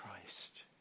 Christ